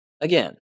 Again